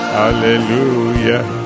hallelujah